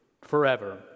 forever